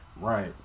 Right